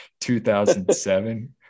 2007